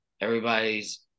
Everybody's